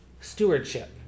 stewardship